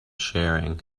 sharing